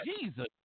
Jesus